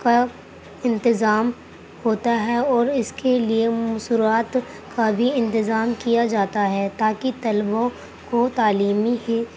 کا انتظام ہوتا ہے اور اس کے لیے شروعات کا بھی انتظام کیا جاتا ہے تاکہ طلبوں کوتعلیمی کی